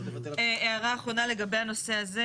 הערה אחרונה לגבי הנושא הזה.